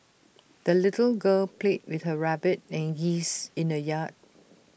the little girl played with her rabbit and geese in the yard